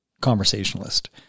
conversationalist